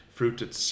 Fruited